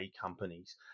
companies